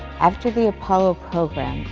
after the apollo program,